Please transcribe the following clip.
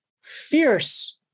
fierce